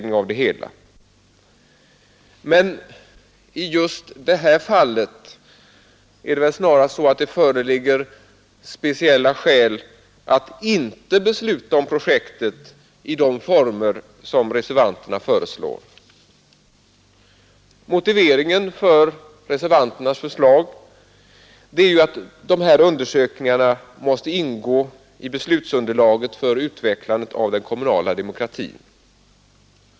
I just det här fallet är det emellertid snarast så att det föreligger speciella skäl att inte besluta om projektet i Nr 121 de former som reservanterna föreslår. Motiveringen för reservanternas Onsdagen den förslag är ju att de här undersökningarna skall ingå i beslutsunderlaget för 22tiövember:1972. utvecklandet av den kommunala demokratin.